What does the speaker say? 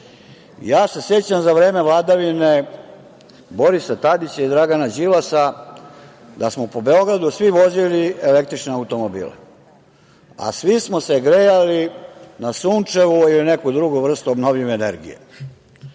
Sećam se za vreme vladavine Borisa Tadića i Dragana Đilasa da smo po Beogradu svi vozili električne automobile, a svi smo se grejali na sunčevu ili neku drugu vrstu obnovljive energije.